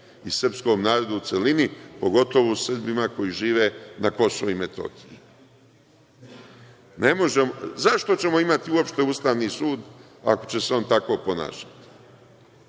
i srpskom narodu u celini, pogotovo Srbima koji žive na Kosovu i Metohiji. Zašto ćemo imati uopšte Ustavni sud, ako će se on tako ponašati?